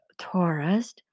Taurus